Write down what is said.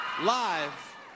live